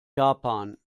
japan